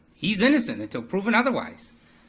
he's innocent until proven otherwise.